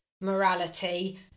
morality